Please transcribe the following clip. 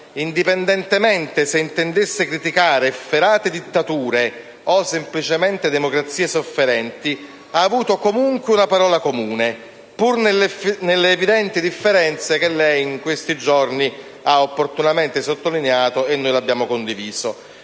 indipendentemente se intendesse criticare efferate dittature o semplicemente democrazie sofferenti, ha avuto comunque una parola comune, pur nelle evidenti differenze che lei in questi giorni ha opportunamente sottolineato, e noi l'abbiamo condiviso.